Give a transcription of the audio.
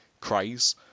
craze